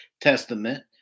Testament